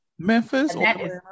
Memphis